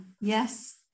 Yes